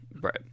Right